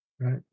right